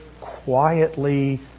quietly